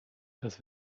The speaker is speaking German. das